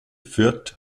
fürth